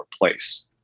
replace